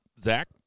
Zach